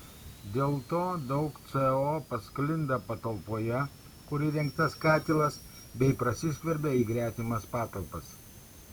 dėl to daug co pasklinda patalpoje kur įrengtas katilas bei prasiskverbia į gretimas patalpas